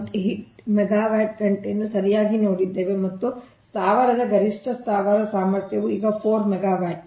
8 megawatt ಗಂಟೆಯನ್ನು ಸರಿಯಾಗಿ ನೋಡಿದ್ದೇವೆ ಮತ್ತು ಸ್ಥಾವರದ ಗರಿಷ್ಠ ಸ್ಥಾವರ ಸಾಮರ್ಥ್ಯವು ಈಗ 4 ಮೆಗಾವ್ಯಾಟ್ ಆಗಿದೆ